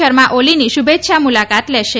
શર્મા ઓલીની શુભેચ્છા મુલાકાત લેશે